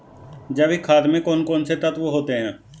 जैविक खाद में कौन कौन से तत्व होते हैं?